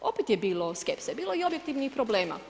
Opet je bilo skepse, bilo je i objektivnih problema.